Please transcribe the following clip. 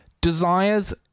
Desires